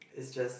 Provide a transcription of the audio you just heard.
it's just